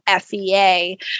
FEA